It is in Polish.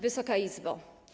Wysoka Izbo!